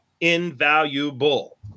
invaluable